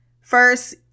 First